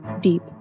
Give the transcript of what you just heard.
deep